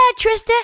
Trista